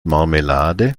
marmelade